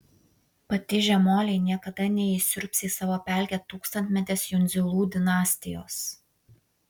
patižę moliai niekada neįsiurbs į savo pelkę tūkstantmetės jundzilų dinastijos